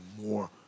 more